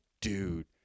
dude